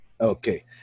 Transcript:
Okay